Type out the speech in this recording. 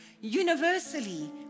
universally